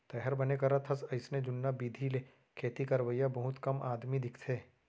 तैंहर बने करत हस अइसे जुन्ना बिधि ले खेती करवइया बहुत कम आदमी दिखथें